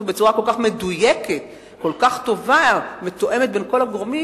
בצורה כל כך מדויקת וכל כך טובה ומתואמת בין כל הגורמים.